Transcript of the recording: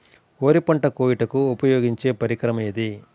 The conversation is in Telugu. వరి పంట కోయుటకు ఉపయోగించే పరికరం ఏది?